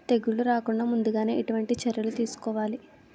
తెగుళ్ల రాకుండ ముందుగానే ఎటువంటి చర్యలు తీసుకోవాలి?